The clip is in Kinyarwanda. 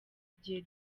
igihe